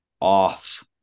off